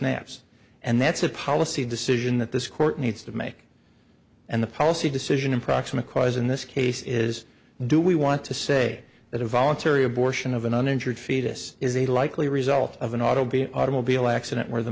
snaps and that's a policy decision that this court needs to make and the policy decision and proximate cause in this case is do we want to say that a voluntary abortion of an injured fetus is a likely result of an auto be an automobile accident where the